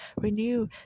renew